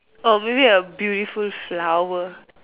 or maybe a beautiful flower